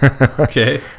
Okay